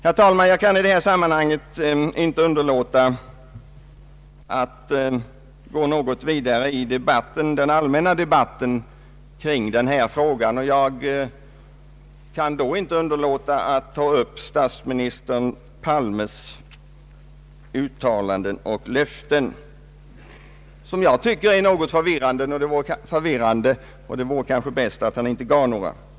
Jag kan i detta sammanhang inte underlåta att också uppehålla mig vid den allmänna debatten i denna fråga och vill då särskilt kommentera statsminister Palmes uttalanden och löften som jag anser är mer än något förvirrande. Det vore kanske bäst att han inte gjorde några uttalanden.